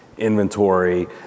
inventory